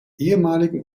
ehemaligen